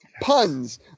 Puns